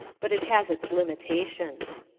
but it has its limitations.